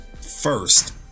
first